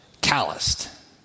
calloused